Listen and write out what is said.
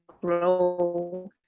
grow